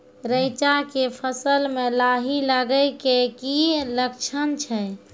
रैचा के फसल मे लाही लगे के की लक्छण छै?